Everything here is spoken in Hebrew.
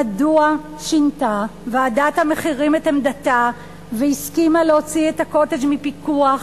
מדוע שינתה ועדת המחירים את עמדתה והסכימה להוציא את ה"קוטג'" מפיקוח?